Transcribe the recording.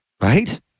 Right